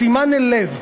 בשימן אל לב